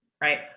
right